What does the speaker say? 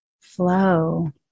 flow